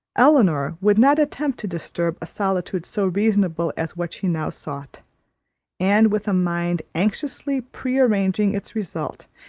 elinor would not attempt to disturb a solitude so reasonable as what she now sought and with a mind anxiously pre-arranging its result,